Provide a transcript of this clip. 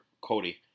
Cody